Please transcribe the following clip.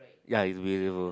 ya it's beautiful